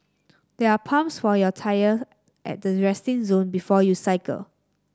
there are pumps for your tyre at the resting zone before you cycle